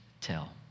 tell